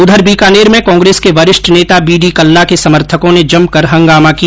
उधर बीकानेर में कांग्रेस के वरिष्ठ नेता बीडी कल्ला के समर्थकों ने जमकर हंगामा किया